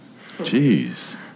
Jeez